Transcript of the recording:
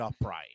upright